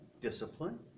discipline